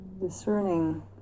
discerning